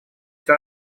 всё